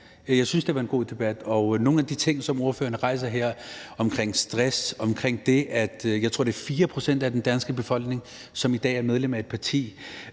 Jeg synes, det har været en god debat, og nogle af de ting, som hr. Anders Kronborg rejser her omkring stress og om, at det er 4 pct., tror jeg, af den danske befolkning, som i dag er medlemmer af et parti